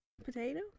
potato